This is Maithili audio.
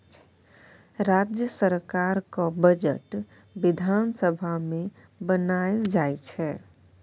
राज्य सरकारक बजट बिधान सभा मे बनाएल जाइ छै